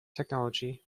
technology